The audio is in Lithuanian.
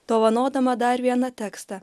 dovanodama dar vieną tekstą